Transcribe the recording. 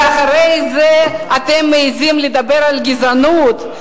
ואחרי זה אתם מעזים לדבר על גזענות?